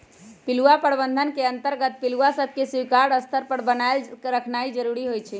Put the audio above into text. पिलुआ प्रबंधन के अंतर्गत पिलुआ सभके स्वीकार्य स्तर पर बनाएल रखनाइ जरूरी होइ छइ